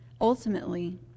Ultimately